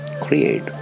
create